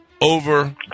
Over